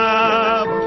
up